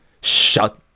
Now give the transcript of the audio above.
shut